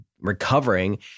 recovering